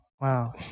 wow